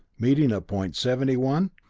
meeting at point seventy one?